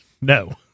no